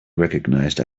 recognized